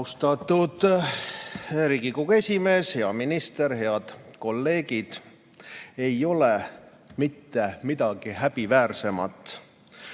Austatud Riigikogu esimees! Hea minister! Head kolleegid! Ei ole mitte midagi häbiväärsemat